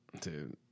dude